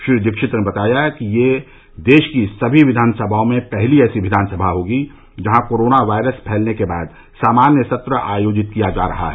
श्री दीक्षित ने बताया कि यह देश की सभी विधानसभाओं में पहली ऐसी विधानसभा होगी जहां कोरोना वायरस फैलने के बाद सामान्य सत्र आयोजित किया जा रहा है